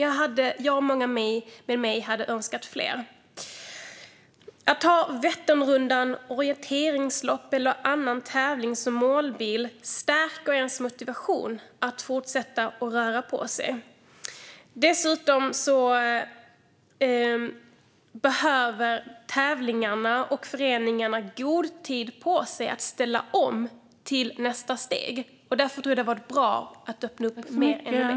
Jag och många med mig hade dock önskat fler. Att ha Vätternrundan, orienteringslopp eller någon annan tävling som målbild stärker ens motivation att fortsätta att röra på sig. Dessutom behöver tävlingarna och föreningarna gott om tid på sig att ställa om till nästa steg. Därför tror jag att det hade varit bra att öppna upp ännu mer.